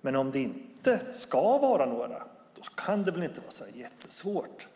Men om det inte ska vara några kan det väl inte vara jättesvårt,